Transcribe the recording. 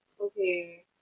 Okay